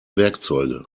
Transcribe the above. werkzeuge